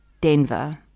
Denver